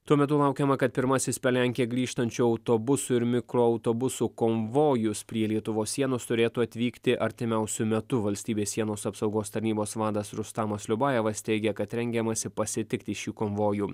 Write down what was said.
tuo metu laukiama kad pirmasis per lenkiją grįžtančių autobusų ir mikroautobusų konvojus prie lietuvos sienos turėtų atvykti artimiausiu metu valstybės sienos apsaugos tarnybos vadas rustamas liubajevas teigė kad rengiamasi pasitikti šį konvojų